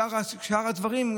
שאר הדברים,